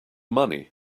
money